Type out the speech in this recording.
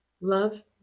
Love